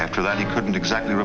after that he couldn't exactly